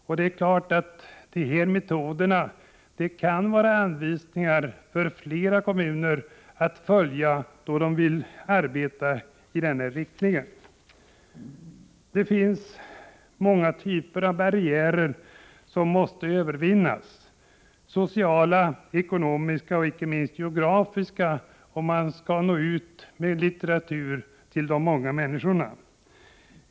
Metoder av det slag som kommit till användning i detta projekt bör kunna stimulera andra kommuner att arbeta i samma riktning. Det finns många typer av barriärer — sociala, ekonomiska och icke minst geografiska — som måste övervinnas om man skall kunna nå ut med litteratur till de många människorna.